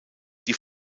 die